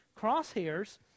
Crosshairs